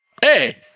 hey